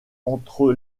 entre